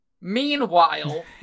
Meanwhile